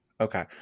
Okay